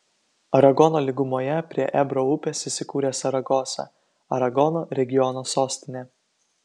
aragono lygumoje prie ebro upės įsikūrė saragosa aragono regiono sostinė